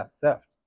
theft